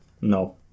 No